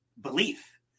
belief